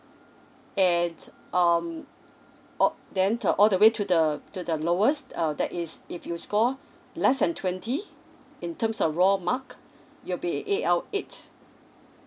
and um oh then to all the way to the to the lowest err that is if you score less than twenty in terms of raw mark you'll be A_L eight